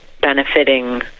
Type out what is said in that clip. benefiting